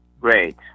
Great